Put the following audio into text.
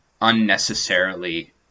unnecessarily